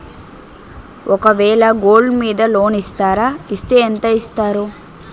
ఒక వేల గోల్డ్ మీద లోన్ ఇస్తారా? ఇస్తే ఎంత ఇస్తారు?